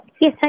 Yes